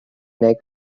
neu